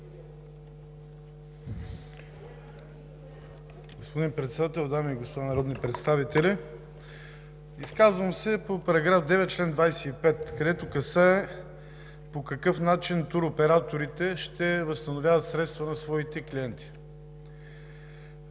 Господин Председател, дами и господа народни представители! Изказвам се по § 9, чл. 25, който касае по какъв начин туроператорите как ще възстановяват средства на своите клиенти.